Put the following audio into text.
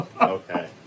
Okay